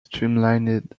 streamlined